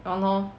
!hannor!